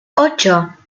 ocho